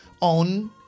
on